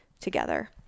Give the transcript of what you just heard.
together